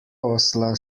osla